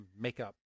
makeup